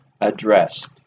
addressed